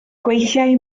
gweithiai